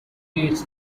creates